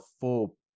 full